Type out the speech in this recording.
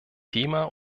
thema